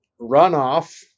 runoff